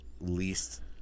Least